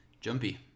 jumpy